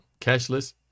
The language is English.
cashless